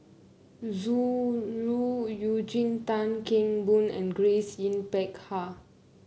Zhu Ru Eugene Tan Kheng Boon and Grace Yin Peck Ha